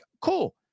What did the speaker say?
cool